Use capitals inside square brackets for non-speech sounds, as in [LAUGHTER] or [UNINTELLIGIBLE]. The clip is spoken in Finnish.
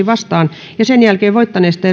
[UNINTELLIGIBLE] vastaan sen jälkeen voittaneesta [UNINTELLIGIBLE]